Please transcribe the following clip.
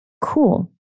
Cool